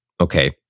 okay